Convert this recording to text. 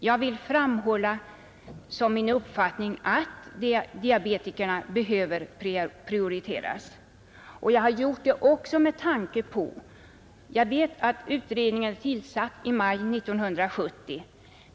Jag vill framhålla som min uppfattning att diabetikerna behöver prioriteras. Jag vet att utredningen tillsattes i maj 1970.